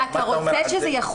מה אתה אומר על זה?